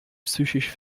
psychisch